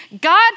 God